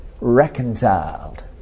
Reconciled